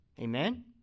Amen